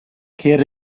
ceir